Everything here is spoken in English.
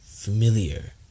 familiar